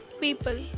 people